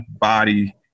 body